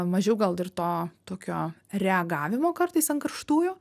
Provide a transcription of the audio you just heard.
mažiau gal ir to tokio reagavimo kartais ant karštųjų